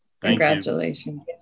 Congratulations